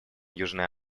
южная